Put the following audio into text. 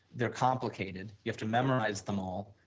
they are complicated, you have to memorize them all,